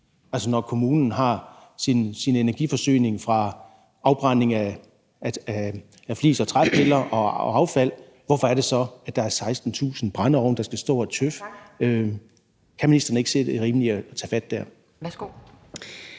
Når kommunen har sin energiforsyning fra afbrænding af flis og træpiller og affald, hvorfor er det så, at der er 16.000 brændeovne, der skal stå og tøffe? Kan ministeren ikke se, at det er rimeligt at tage fat der? Kl.